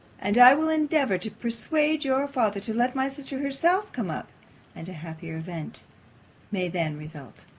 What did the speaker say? and i will endeavour to persuade your father to let my sister herself come up and a happier event may then result.